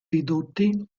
ridotti